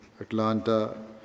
Atlanta